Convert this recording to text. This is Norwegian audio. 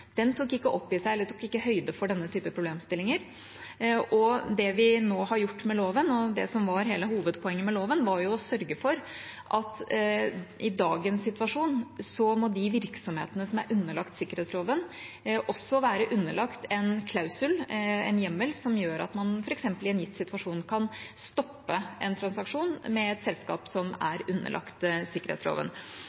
Den tok ikke høyde for denne type problemstillinger. Det vi nå har gjort med loven, og det som var hele hovedpoenget med loven, var å sørge for at i dagens situasjon må de virksomhetene som er underlagt sikkerhetsloven, også være underlagt en klausul, en hjemmel som gjør at man f.eks. i en gitt situasjon kan stoppe en transaksjon med et selskap som